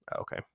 Okay